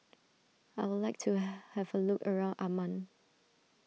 I would like to have a look around Amman